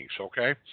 okay